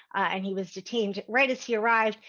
and he was detained right as he arrived.